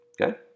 okay